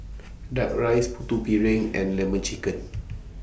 Duck Rice Putu Piring and Lemon Chicken